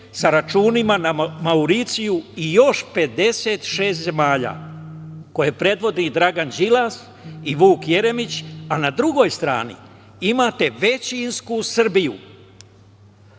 sa računima na Mauriciju i još 56 zemalja, koje predvodi Dragan Đilas i Vuk Jeremić, a na drugoj strani imate većinsku Srbiju,